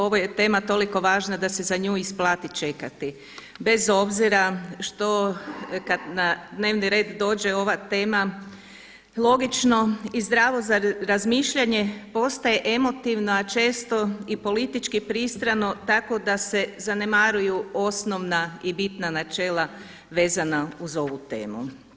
Ova je tema toliko važna da se za nju isplati čekati bez obzira što kada na dnevni red dođe ova tema logično i zdravo za razmišljanje postaje emotivna a često i politički pristrano tako da se zanemaruju osnovna i bitna načela vezana uz ovu temu.